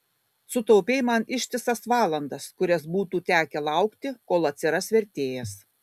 sutaupei man ištisas valandas kurias būtų tekę laukti kol atsiras vertėjas